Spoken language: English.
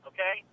Okay